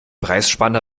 preisspanne